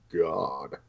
god